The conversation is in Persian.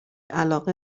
علاقه